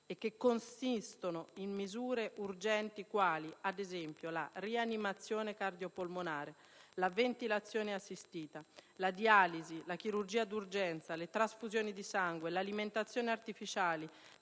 e che consistono in misure urgenti quali, ad esempio, la rianimazione cardiopolmonare, la ventilazione assistita, la dialisi, la chirurgia d'urgenza, le trasfusioni di sangue, l'alimentazione artificiale,